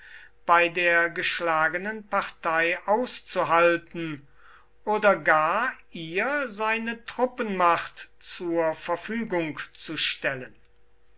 bei der geschlagenen partei auszuhalten oder gar ihr seine truppenmacht zur verfügung zu stellen